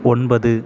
ஒன்பது